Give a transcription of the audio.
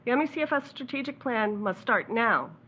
and me cfs strategic plan must start now.